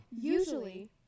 Usually